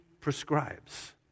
prescribes